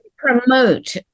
promote